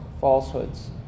falsehoods